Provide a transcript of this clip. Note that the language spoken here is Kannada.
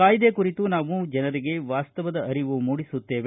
ಕಾಯ್ದೆ ಕುರಿತು ನಾವು ಜನರಿಗೆ ವಾಸ್ತವದ ಅರಿವು ಮೂಡಿಸುತ್ತೇವೆ